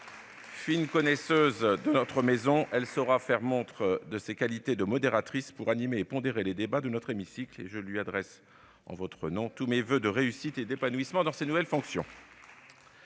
Fine connaisseuse de notre maison, elle saura faire montre de ses qualités de modératrice pour animer et pondérer les débats dans notre hémicycle. Je lui adresse tous mes voeux de réussite et d'épanouissement dans ses nouvelles fonctions